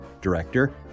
director